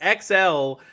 XL